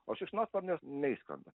o šikšnosparnio neišskrenda